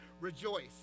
rejoice